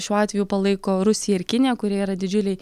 šiuo atveju palaiko rusija ir kinija kurie yra didžiuliai